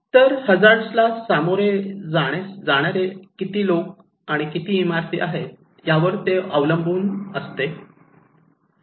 तर हजार्ड ला सामोरे जाणारे किती लोक आणि किती इमारती आहेत यावर ते अवलंबून असते